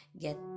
get